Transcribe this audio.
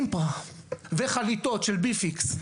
אימפרה וחליטות של בי פיקס.